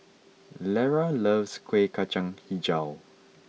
Lera loves Kueh Kacang HiJau